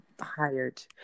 hired